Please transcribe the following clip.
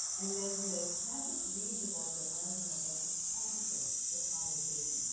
and then to, not just read the books and learn from them but to practice the conversation.